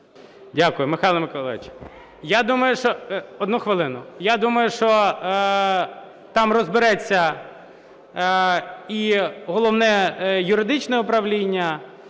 Дякую, Михайло Миколайович. Я думаю, що там розбереться і Головне юридичне управління